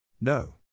No